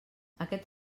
aquest